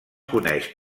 coneix